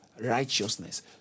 righteousness